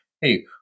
hey